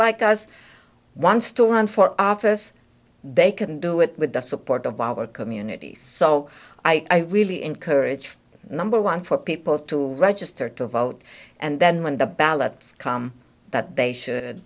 like us one storm on for office they can do it with the support of our communities so i really encourage number one for people to register to vote and then when the ballots come that they should